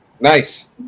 Nice